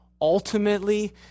ultimately